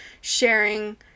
sharing